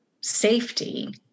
safety